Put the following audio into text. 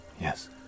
Yes